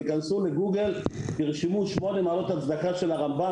תיכנסו לגוגל ותרשמו שמונה מעלות הצדקה של הרמב"ם,